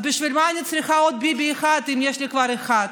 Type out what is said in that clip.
בשביל מה אני צריכה עוד ביבי אחד אם יש לי כבר אחד?